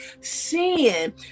Sin